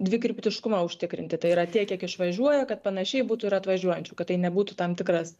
dvikryptiškumą užtikrinti tai yra tiek kiek išvažiuoja kad panašiai būtų ir atvažiuojančių kad tai nebūtų tam tikras